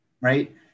right